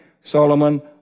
Solomon